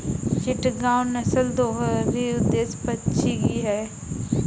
चिटगांव नस्ल दोहरी उद्देश्य पक्षी की है